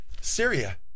Syria